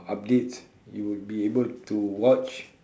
updates you will be able to watch